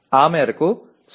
ఆ మేరకు 0